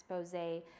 expose